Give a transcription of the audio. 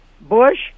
Bush